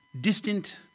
distant